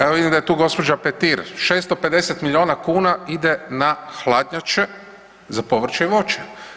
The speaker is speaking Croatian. Evo vidim da je tu gospođa Petir, 650 milijuna kuna ide na hladnjače za povrće i voće.